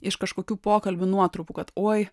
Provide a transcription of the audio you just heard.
iš kažkokių pokalbių nuotrupų kad oi